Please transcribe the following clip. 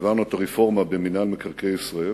העברנו את הרפורמה במינהל מקרקעי ישראל.